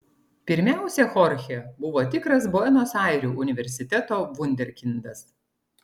pirmiausia chorchė buvo tikras buenos airių universiteto vunderkindas